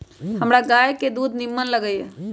हमरा गाय के दूध निम्मन लगइय